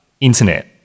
internet